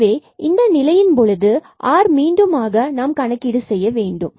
எனவே இந்த நிலையின் பொழுது rஐ மீண்டும் ஆக நாம் கணக்கீடு செய்ய வேண்டும்